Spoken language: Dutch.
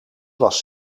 was